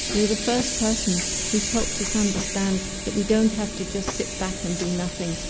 you're the first person who's helped us understand that we don't have to just sit back and do nothing,